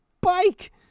bike